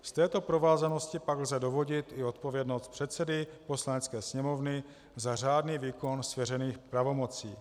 Z této provázanosti pak lze dovodit i odpovědnost předsedy Poslanecké sněmovny za řádný výkon svěřených pravomocí.